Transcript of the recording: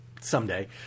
someday